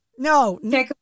No